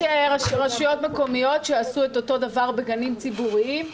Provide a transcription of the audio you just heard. יש רשויות מקומיות שעשו את אותו דבר בגנים ציבוריים,